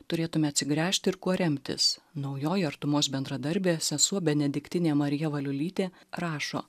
turėtume atsigręžti ir kuo remtis naujoji artumos bendradarbė sesuo benediktinė marija valiulytė rašo